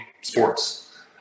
sports